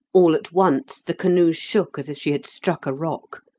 all at once the canoe shook as if she had struck a rock.